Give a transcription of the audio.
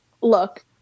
look